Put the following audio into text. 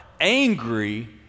angry